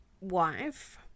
wife